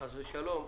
חס ושלום,